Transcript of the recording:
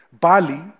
Bali